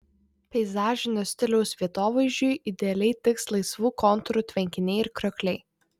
peizažinio stiliaus vietovaizdžiui idealiai tiks laisvų kontūrų tvenkiniai ir kriokliai